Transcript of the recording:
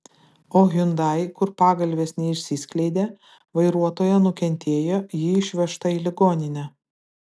o hyundai kur pagalvės neišsiskleidė vairuotoja nukentėjo ji išvežta į ligoninę